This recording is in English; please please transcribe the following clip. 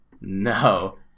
No